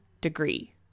degree